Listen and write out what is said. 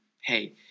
hey